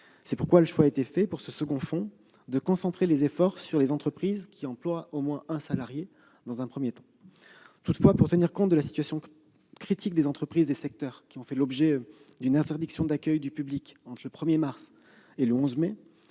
C'est pourquoi le choix a été fait, pour ce second volet, de concentrer les efforts dans un premier temps sur les entreprises qui emploient au moins un salarié. Toutefois, pour tenir compte de la situation critique des entreprises des secteurs qui ont fait l'objet d'une interdiction d'accueil du public entre le 1 mars et le 11 mai,